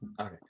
okay